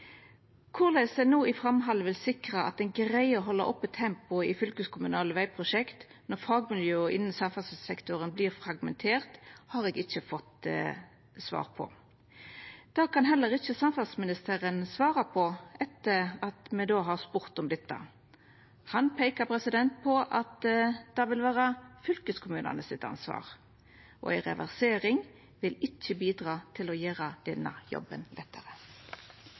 Korleis ein no i framhaldet vil sikra at ein greier å halda oppe tempoet i fylkeskommunale vegprosjekt når fagmiljøa innan samferdselssektoren vert fragmenterte, har eg ikkje fått svar på. Det kan heller ikkje samferdselsministeren svara på etter at me har spurt om dette. Han peikar på at det vil vera ansvaret til fylkeskommunane. Ei reversering vil ikkje bidra til å gjera denne jobben lettare.